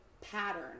pattern